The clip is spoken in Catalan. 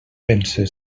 penses